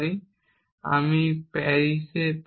এবং আমি পারি এস পান